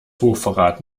hochverrat